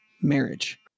marriage